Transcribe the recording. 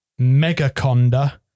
Megaconda